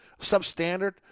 substandard